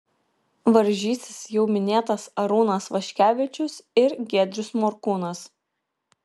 varžysis jau minėtas arūnas vaškevičius ir giedrius morkūnas